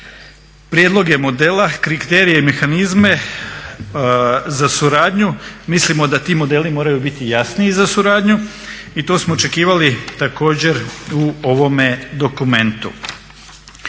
prijedloge modela, kriterije i mehanizme za suradnju mislimo da ti modeli moraju biti jasniji za suradnju i to smo očekivali također u ovome dokumentu.